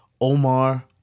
Omar